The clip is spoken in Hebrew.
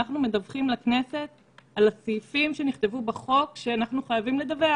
אנחנו מדווחים לכנסת על הסעיפים שנכתבו בחוק שאנחנו חייבים לדווח.